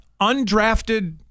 undrafted